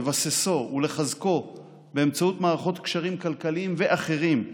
לבססו ולחזקו באמצעות מערכות קשרים כלכליים ואחרים